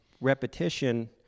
repetition